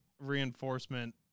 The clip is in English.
reinforcement